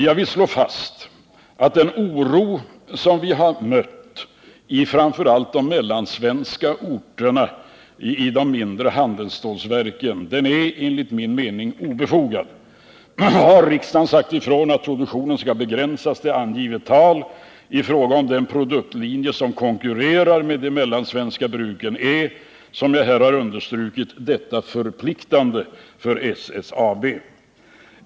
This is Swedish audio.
Jag vill slå fast att den oro som vi mött framför allt på de mellansvenska orterna med de mindre handelsstålverken enligt min uppfattning är obefogad. Har riksdagen sagt ifrån att produktionen skall begränsas till angivet tal i fråga om den produktlinje som konkurrerar med de mellansvenska bruken, är detta, som jag här understrukit, förpliktande för SSAB.